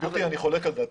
גברתי, אני חולק על דעתך.